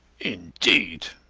indeed.